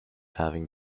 having